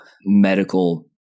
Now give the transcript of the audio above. medical